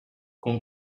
con